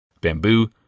bamboo